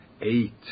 eight